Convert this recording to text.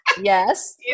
Yes